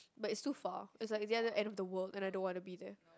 but it's too far it's like the other end of the world and I don't want to be there